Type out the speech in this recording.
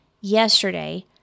yesterday